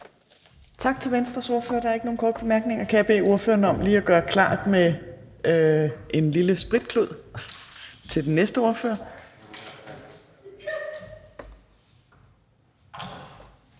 Tak til Venstres ordfører. Der er ikke nogen korte bemærkninger. Kan jeg lige bede ordføreren om at gøre klar med en lille spritklud til den næste ordfører?